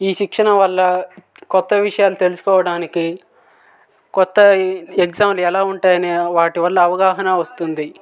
ఈ శిక్షణ వల్ల కొత్త విషయాలు తెలుసుకోవడానికి కొత్త ఎగ్సామ్లు ఎలా ఉంటాయి అని వాటి వల్ల అవగాహన వస్తుంది